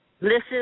listen